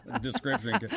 description